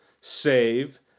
save